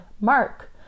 mark